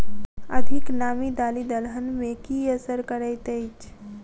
अधिक नामी दालि दलहन मे की असर करैत अछि?